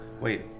Wait